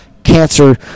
Cancer